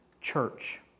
church